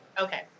Okay